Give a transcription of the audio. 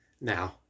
Now